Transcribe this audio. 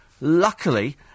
Luckily